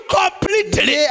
completely